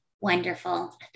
Wonderful